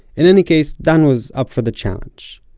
in any case, dan was up for the challenge.